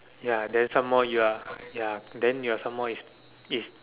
ya then some more you are ya then you are some more is is